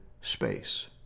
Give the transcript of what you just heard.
space